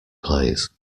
plays